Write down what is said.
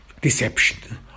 deception